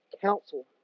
council